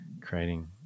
creating